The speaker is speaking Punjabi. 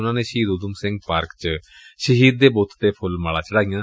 ਉਨਾਂ ਨੇ ਸ਼ਹੀਦ ਊਧਮ ਸਿੰਘ ਪਾਰਕ ਚ ਸ਼ਹੀਦ ਦੇ ਬੁੱਤ ਤੇ ਫੁੱਲ ਮਾਲਾ ਚੜਾਈਆਂ